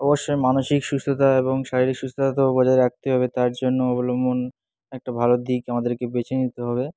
অবশ্যই মানসিক সুস্থতা এবং শারীরিক সুস্থতা তো বজায় রাখতেই হবে তার জন্য অবলম্বন একটা ভালো দিক আমাদেরকে বেছে নিতে হবে